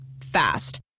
Fast